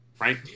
Right